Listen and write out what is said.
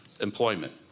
employment